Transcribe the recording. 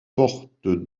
portent